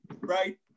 right